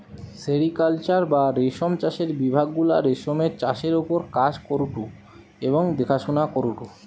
sericulture বা রেশম চাষের বিভাগ গুলা রেশমের চাষের ওপর কাজ করঢু এবং দেখাশোনা করঢু